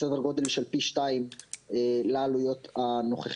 סדר גודל של פי שניים לעלויות הנוכחיות,